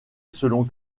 selon